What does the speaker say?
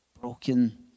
broken